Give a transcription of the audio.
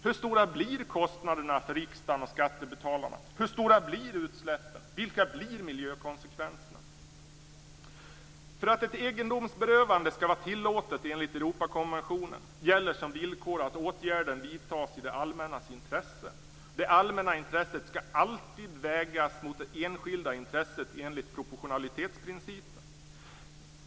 Hur stora blir kostnaderna för riksdagen och skattebetalarna? Hur stora blir utsläppen? Vilka blir miljökonsekvenserna? För att ett egendomsberövande skall vara tillåtet enligt Europakonventionen gäller som villkor att åtgärden vidtas i det allmännas intresse. Det allmänna intresset skall alltid vägas mot det enskilda intresset enligt proportionalitetsprincipen.